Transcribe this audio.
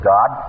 God